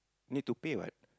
need to pay what